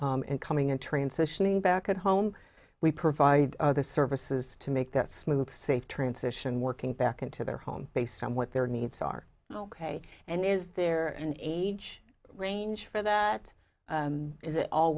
and coming in transitioning back at home we provide the services to make that smooth safe transition working back into their home based on what their needs are ok and is there an age range for that is it all